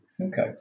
Okay